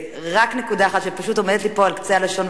ורק נקודה אחת שפשוט עומדת לי פה על קצה הלשון,